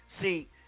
See